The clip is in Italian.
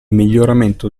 miglioramento